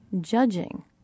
judging